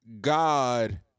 God